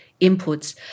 inputs